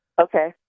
Okay